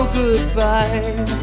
goodbye